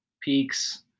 peaks